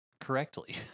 correctly